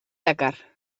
dakar